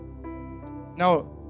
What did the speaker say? Now